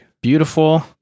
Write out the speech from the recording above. Beautiful